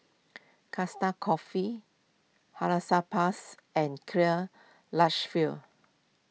Costa Coffee Hansaplast and Karl Lagerfeld